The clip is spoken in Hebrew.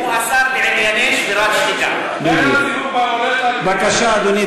ילין, בבקשה, אדוני.